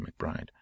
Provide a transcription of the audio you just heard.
McBride